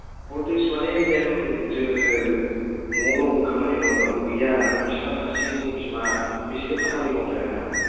four देस माने मेम जोङो न'आव रावबो खामानि मावग्राबो गैया आं फिफा हारसिं बिमा बेसे खामानि मावथायनो हानो